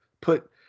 put